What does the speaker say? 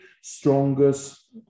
strongest